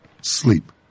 sleep